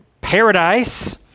paradise